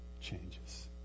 changes